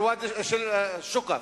של שוקף,